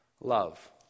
love